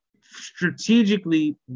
strategically